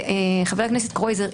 חבר הכנסת קרויזר,